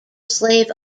slave